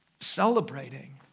celebrating